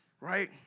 right